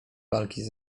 walki